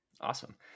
Awesome